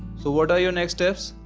so, what are your next steps?